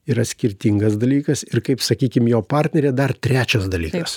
yra skirtingas dalykas ir kaip sakykim jo partnerė dar trečias dalykas